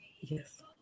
yes